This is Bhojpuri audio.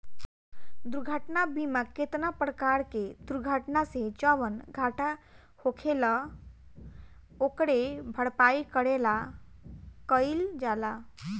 दुर्घटना बीमा केतना परकार के दुर्घटना से जवन घाटा होखेल ओकरे भरपाई करे ला कइल जाला